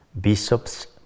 Bishops